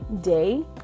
Day